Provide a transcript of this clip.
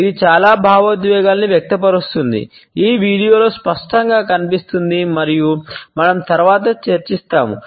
ఇది చాలా భావోద్వేగాలను వ్యక్తపరుస్తుంది ఈ వీడియోలో స్పష్టంగా కనిపిస్తుంది మరియు మనం తరువాత చర్చిస్తాము